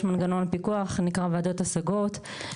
יש מנגנון פיקוח, נקרא ועדת השגות.